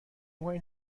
میکنی